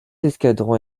escadrons